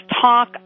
talk